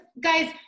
guys